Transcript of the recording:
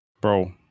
bro